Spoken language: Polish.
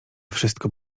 wszystko